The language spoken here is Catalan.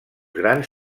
grans